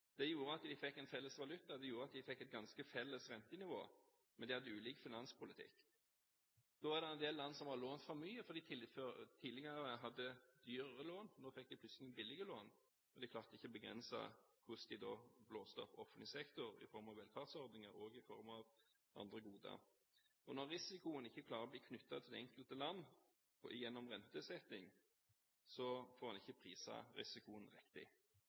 Det førte til at de fikk en felles valuta, og at de fikk et ganske felles rentenivå, mens de hadde ulik finanspolitikk. Det er en del land som har lånt for mye, fordi de tidligere hadde dyrere lån. Da de plutselig fikk billige lån, klarte de ikke å begrense hvordan de blåste opp offentlig sektor i form av velferdsordninger og i form av andre goder. Når man ikke klarer å knytte risikoen til det enkelte land, gjennom rentesetting, får en ikke priset risikoen riktig.